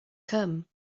come